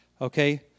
okay